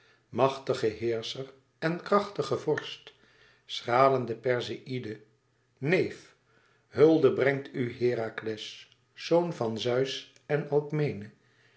machtige heerscher en krachtige vorst stralende perseïde neef hulde brengt u herakles zoon van zeus en